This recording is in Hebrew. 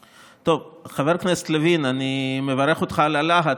טוב, חבר הכנסת לוין, אני מברך אותך על הלהט.